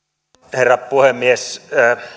herra puhemies